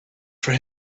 for